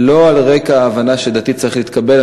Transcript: לא על רקע ההבנה שדתי צריך להתקבל,